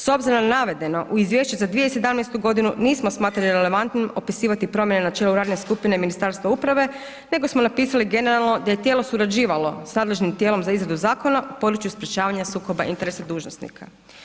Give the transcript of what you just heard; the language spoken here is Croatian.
S obzirom na navedeno u izvješću za 2017. godinu nismo smatrali relevantnim opisivati promjene na načelu radne skupine Ministarstva uprave nego smo napisali generalno da je tijelo surađivalo sa nadležnim tijelom za izradu zakona u području sprječavanja sukoba interesa dužnosnika.